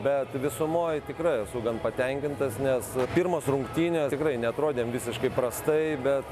bet visumoj tikrai esu gan patenkintas nes pirmos rungtynės tikrai neatrodėm visiškai prastai bet